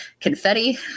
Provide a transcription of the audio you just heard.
confetti